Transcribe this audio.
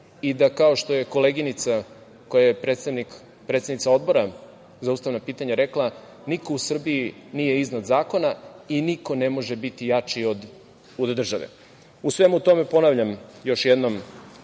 i da, kao što je koleginica koja je predsednica Odbora za ustavna pitanja rekla, niko u Srbiji nije iznad zakona i niko ne može biti jači od države. U svemu tome, ponavljam još jednom,